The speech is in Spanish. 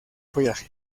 follaje